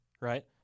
right